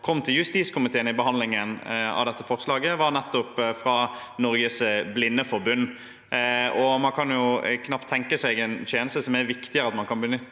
kom til justiskomiteen i behandlingen av dette forslaget, var fra Norges Blindeforbund. Man kan knapt tenke seg en tjeneste der det er viktigere at man kan benytte